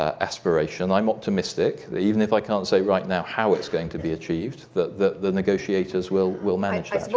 aspiration, i'm optimistic that even if i can't say right now how it's going to be achieved that the the negotiators will will manage that. so well,